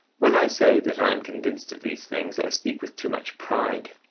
when i say that i am convinced of these things i speak with too much pride.